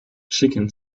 chicken